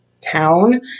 town